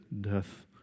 death